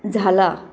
झाला